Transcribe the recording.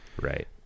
right